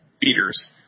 beaters